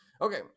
Okay